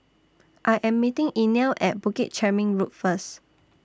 I Am meeting Inell At Bukit Chermin Road First